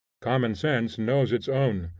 common sense knows its own,